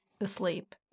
asleep